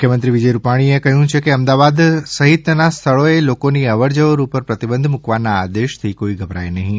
મુખ્યમંત્રી વિજય રૂપાણીએ કહ્યું છે કે અમદાવાદ સહિતના સ્થળોએ લોકોની અવરજવર ઉપર પ્રતિબંધ મૂકવાના આદેશથી કોઈ ગભરાય નહીં